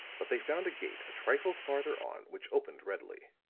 but they found a gate a trifle farther on which opened readily